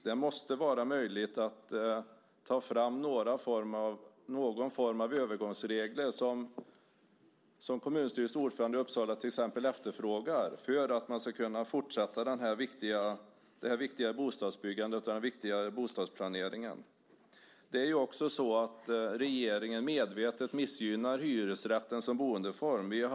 Det måste vara möjligt att ta fram någon form av övergångsregler, som till exempel kommunstyrelsens ordförande i Uppsala efterfrågar, för att man ska kunna fortsätta med det viktiga bostadsbyggandet och den viktiga bostadsplaneringen. Regeringen missgynnar medvetet hyresrätten som boendeform.